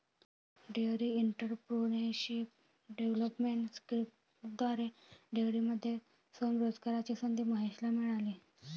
dairy entrepreneurship development स्कीमद्वारे डेअरीमध्ये स्वयं रोजगाराची संधी महेशला मिळाली